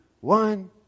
One